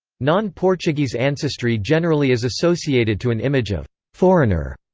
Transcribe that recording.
non-portuguese ancestry generally is associated to an image of foreigner,